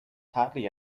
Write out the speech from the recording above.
hartley